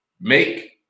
make